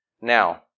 Now